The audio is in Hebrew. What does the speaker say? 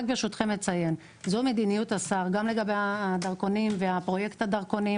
זו מדיניות השר גם לגבי הדרכונים ופרויקט הדרכונים